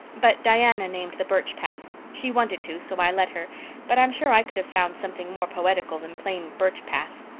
but diana named the birch path. she wanted to, so i let her but i'm sure i could have found something more poetical than plain birch path.